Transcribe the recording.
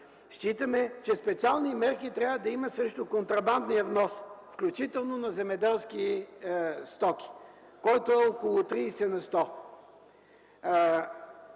Считаме, че специални мерки трябва да има срещу контрабандния внос, включително на земеделски стоки, който е около 30%.